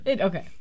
Okay